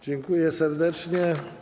Dziękuję serdecznie.